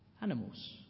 animals